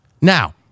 Now